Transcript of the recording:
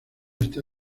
está